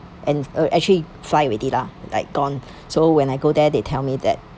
and uh actually fly already lah like gone so when I go there they tell me that